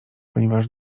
ponieważ